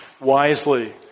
Wisely